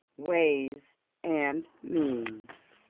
ways and means.